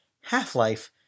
Half-Life